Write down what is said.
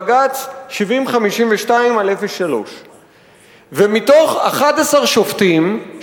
בג"ץ 7052/03. ומתוך 11 שופטים,